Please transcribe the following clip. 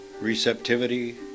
receptivity